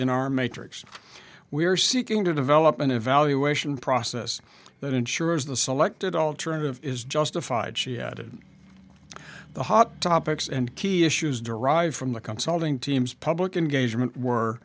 in our matrix we are seeking to develop an evaluation process that ensures the selected alternative is justified she added the hot topics and key issues derive from the consulting teams public engagement were